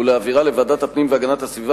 ולהעבירה לוועדת הפנים והגנת הסביבה